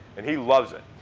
and he loves it.